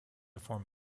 form